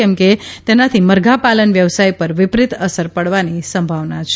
કેમ કે તેનાથી મરઘા પાલન વ્યવસાય પર વિપરીત અસર પડવાની સંભાવના છે